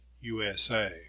USA